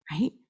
right